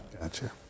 Gotcha